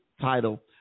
title